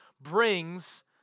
brings